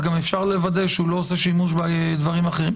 אז גם אפשר לוודא שהוא לא עושה שימוש בדברים אחרים.